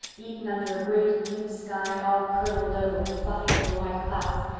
eaten under a great blue sky all curdled over with fluffy little white clouds,